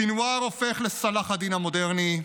סנוואר הופך לסלאח א-דין המודרני.